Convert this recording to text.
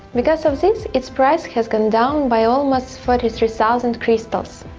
because of this, its price has gone down by almost forty three thousand crystals.